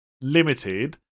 limited